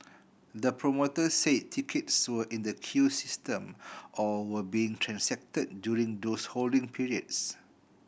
the promoter said tickets were in the queue system or were being transacted during those holding periods